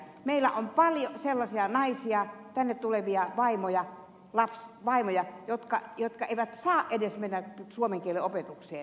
meillä on paljon sellaisia naisia tänne tulevia vaimoja jotka eivät saa edes mennä suomen kielen opetukseen